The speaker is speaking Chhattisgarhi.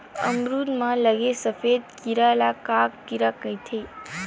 अमरूद म लगे सफेद कीरा ल का कीरा कइथे?